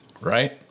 right